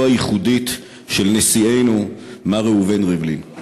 הייחודית של נשיאנו מר ראובן ריבלין.